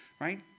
right